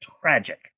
tragic